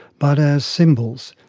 but as symbols,